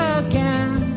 again